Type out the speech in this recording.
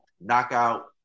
knockout